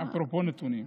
אפרופו נתונים,